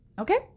Okay